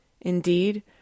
Indeed